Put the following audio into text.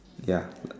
ya